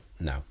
No